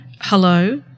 hello